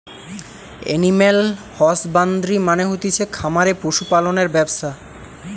animal husbandry মানে হতিছে খামারে পশু পালনের ব্যবসা